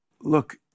look